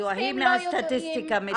היא מהסטטיסטיקה מתכוונת.